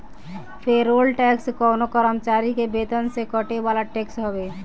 payroll tax कवनो कर्मचारी के वेतन से कटे वाला टैक्स हवे